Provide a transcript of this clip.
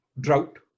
drought